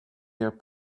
their